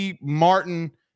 Martin